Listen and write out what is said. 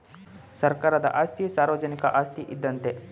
ಸರ್ಕಾರದ ಆಸ್ತಿ ಸಾರ್ವಜನಿಕ ಆಸ್ತಿ ಇದ್ದಂತೆ